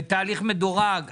תהליך מדורג.